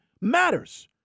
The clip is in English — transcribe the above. matters